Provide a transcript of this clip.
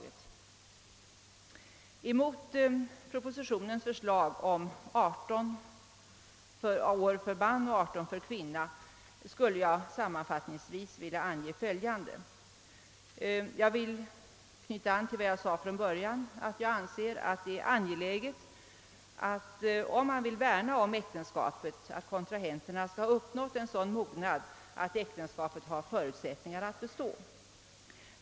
Emot propositionens förslag om en giftermålsålder på 18 år för man och 18 år för kvinna vill jag sammanfattningsvis anföra följande. Jag knyter an till vad jag från början framhöll, nämligen att jag anser det vara angeläget, såvida man vill värna om äktenskapet, att kontrahenterna skall ha uppnått en sådan mognad att äktenskapet har förutsättningar att bestå.